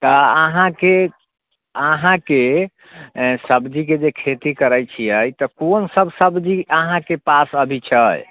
तऽ अहाँके अहाँके सब्जीके जे खेती करै छियै तऽ कोन सभ सब्जी अहाँके पास अभी छै